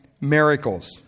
miracles